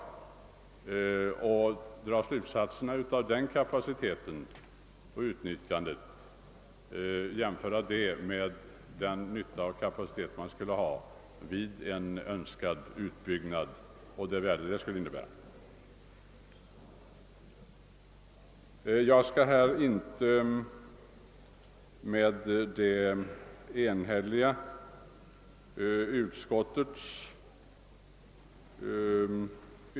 Man kan inte dra några slutsatser av den kapaciteten och det utnyttjandet och jämföra det med den nytta och kapacitet man skulle få vid en rationell utbyggnad. Utskottets utlåtanden i punkten 11 är enhälligt.